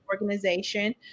organization